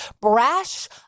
Brash